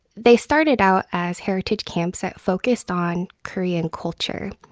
they started out as heritage camps that focused on korean culture.